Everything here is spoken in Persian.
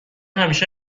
همیشه